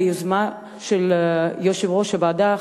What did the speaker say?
ביוזמה של יושב-ראש הוועדה,